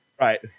Right